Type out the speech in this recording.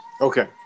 Okay